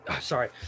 sorry